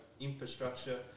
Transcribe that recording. Infrastructure